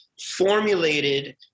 formulated